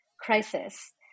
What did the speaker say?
crisis